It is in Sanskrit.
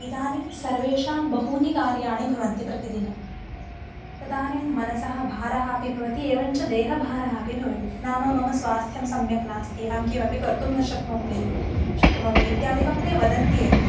इदानीं सर्वेषां बहूनि कार्याणि भवन्ति प्रतिदिनं तदानीं मनसः भारः अपि भवति एवं च देहभारः अपि भवति नाम मम स्वास्थ्यं सम्यक् नास्ति अहं किमपि कर्तुं न शक्नोमि शक्नोमि इत्यादिकं ते वदन्ति एव